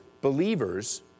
believers